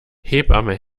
hebamme